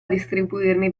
distribuirne